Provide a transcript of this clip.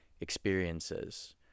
experiences